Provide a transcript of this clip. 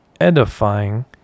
edifying